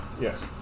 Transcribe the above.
Yes